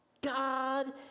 God